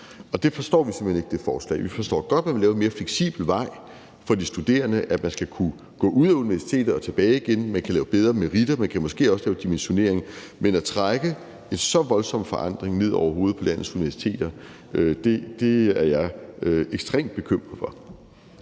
forslag forstår vi simpelt hen ikke. Vi forstår godt, at man vil lave en mere fleksibel vej for de studerende, altså at man skal kunne gå ud af universitetet og tilbage igen. Man kan lave bedre meritter, man kan måske også lave noget i forbindelse med dimensionering, men at trække en så voldsom forandring ned over hovedet på landets universiteter er jeg ekstremt bekymret for.